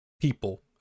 people